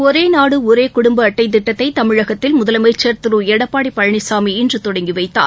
ஒரேநாடுஒரேகுடும்பஅட்டைதிட்டத்தைதமிழகத்தில் முதலமைச்சர் திரு எடப்பாடிபழனிசாமி இன்றுதொடங்கிவைத்தார்